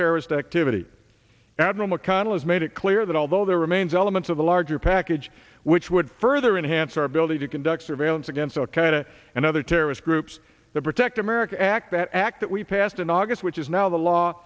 terrorist activity admiral mcconnell has made it clear that although there remains elements of the larger package which would further enhance our ability to conduct surveillance against al qaeda and other terrorist groups the protect america act that act that we passed in august which is now the law